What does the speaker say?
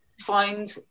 find